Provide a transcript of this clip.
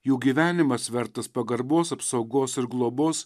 jų gyvenimas vertas pagarbos apsaugos ir globos